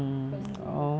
pursue